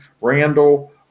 Randall